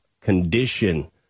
condition